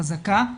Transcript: חזקה.